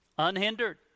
unhindered